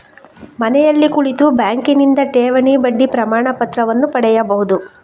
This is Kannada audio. ಮನೆಯಲ್ಲಿ ಕುಳಿತು ಬ್ಯಾಂಕಿನಿಂದ ಠೇವಣಿ ಬಡ್ಡಿ ಪ್ರಮಾಣಪತ್ರವನ್ನು ಪಡೆಯಬಹುದು